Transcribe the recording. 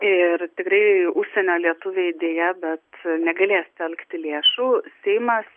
ir tikrai užsienio lietuviai deja bet negalės telkti lėšų seimas